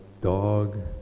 dog